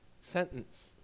sentence